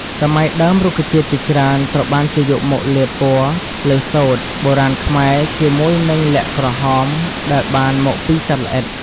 សម័យដើមរុក្ខជាតិជាច្រើនត្រូវបានគេយកមកលាបពណ៌លើសូត្រ បុរាណខ្មែរជាមួយនឹងល័ក្តក្រហមដែលបានមកពីសត្វល្អិត ។